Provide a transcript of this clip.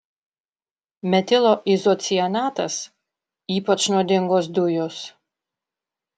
metilo izocianatas ypač nuodingos dujos